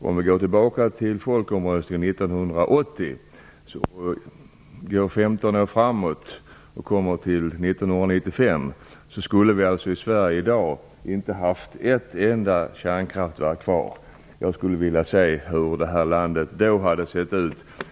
Om vi går 15 år framåt från folkomröstningen 1980 kommer vi till 1995, och då skulle vi alltså inte ha haft ett enda kärnkraftverk kvar i Sverige. Jag skulle vilja se hur det här landet hade sett ut då.